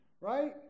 right